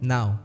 Now